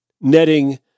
netting